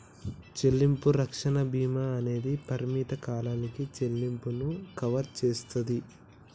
చెల్లింపు రక్షణ భీమా అనేది పరిమిత కాలానికి చెల్లింపులను కవర్ చేస్తాది